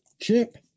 Chip